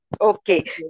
Okay